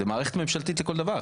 זה מערכת ממשלתית לכל דבר.